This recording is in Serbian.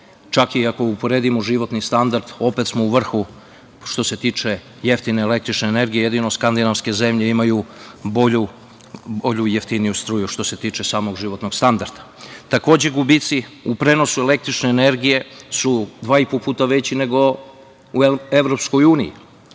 čak i ako uporedimo životni standard, opet smo u vrhu, što se tiče jeftine električne energije. Jedino skandinavske zemlje imaju bolju, jeftiniju struju, što se tiče samog životnog standarda. Takođe, gubici u prenosu električne energije su dva i po puta veći, nego u EU, iako iz